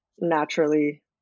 naturally